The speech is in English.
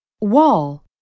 Wall